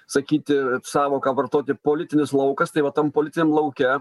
sakyti sąvoką vartoti politinis laukas tai va tam politiniam lauke